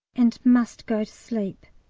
and must go to sleep.